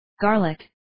Garlic